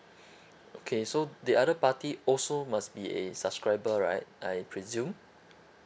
okay so the other party also must be a subscriber right I presume